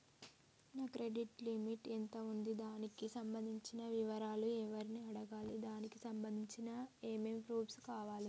నా credit limit ఎంత ఉంది? దానికి సంబంధించిన వివరాలు ఎవరిని అడగాలి? దానికి సంబంధించిన ఏమేం ప్రూఫ్స్ కావాలి?